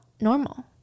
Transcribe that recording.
normal